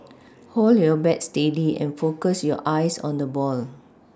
hold your bat steady and focus your eyes on the ball